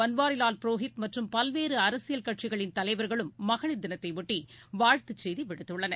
பன்வாரிவால் புரோஹித் மற்றும் பல்வேறுஅரசியல் கட்சிகளின் தலைவர்களும் மகளிர் தினத்தையொட்டிவாழ்த்துச் செய்திவிடுத்துள்ளனர்